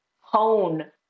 hone